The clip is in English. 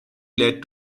led